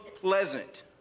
pleasant